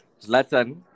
Zlatan